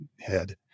head